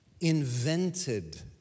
invented